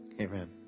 Amen